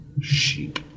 Sheep